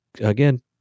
again